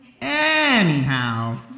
anyhow